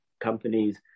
companies